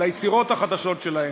על היצירות החדשות שלהם.